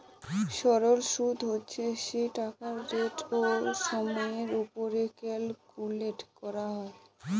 সরল সুদ হচ্ছে সেই টাকার রেট ও সময়ের ওপর ক্যালকুলেট করা হয়